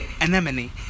Anemone